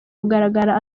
kugaragara